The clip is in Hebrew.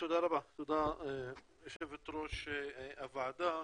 תודה רבה, תודה ליושבת ראש הוועדה,